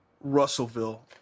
Russellville